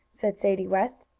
said sadie west.